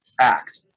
Act